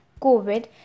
COVID